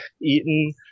eaten